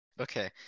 Okay